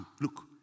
Look